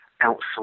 outside